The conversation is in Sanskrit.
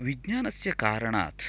विज्ञानस्य कारणात्